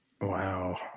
Wow